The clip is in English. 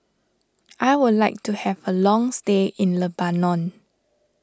I would like to have a long stay in Lebanon